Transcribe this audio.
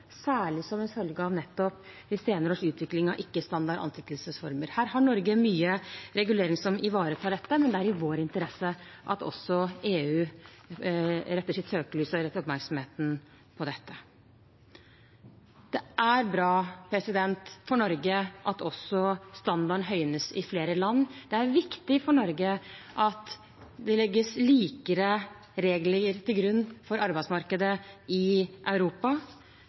særlig som en følge av nettopp de senere års utvikling av ikke-standard ansettelsesformer. Norge har mye regulering som ivaretar dette, men det er i vår interesse at også EU setter søkelyset på og retter oppmerksomheten mot dette. Det er bra for Norge at også standarden høynes i flere land. Det er viktig for Norge at det legges likere regler til grunn for arbeidsmarkedet i Europa.